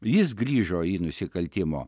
jis grįžo į nusikaltimo